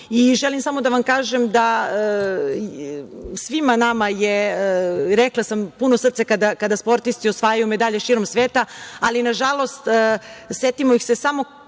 samo da vam kažem da je svima nama puno srce kada sportisti osvajaju medalje širom sveta, ali nažalost setimo ih se samo